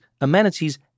amenities